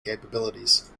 capabilities